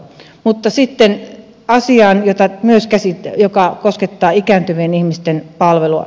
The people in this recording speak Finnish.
mutta sitten asiaan joka koskettaa ikääntyvien ihmisten palvelua